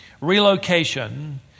relocation